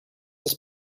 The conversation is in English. his